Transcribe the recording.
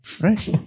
right